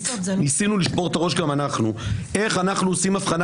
ניסינו לשבור את הראש גם אנחנו איך אנחנו עושים הבחנה